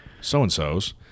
so-and-sos